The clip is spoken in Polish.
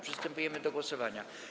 Przystępujemy do głosowania.